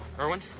irwin,